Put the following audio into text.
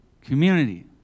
community